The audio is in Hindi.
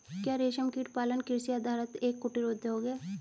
क्या रेशमकीट पालन कृषि आधारित एक कुटीर उद्योग है?